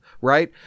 right